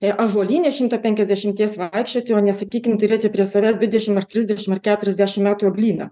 jei ąžuolyne šimto penkiasdešimties vaikščioti o ne sakykim turėti prie savęs dvidešimt ar trisdešimt keturiasdešimt metų eglyną